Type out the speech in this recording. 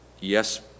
yes